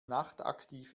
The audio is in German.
nachtaktiv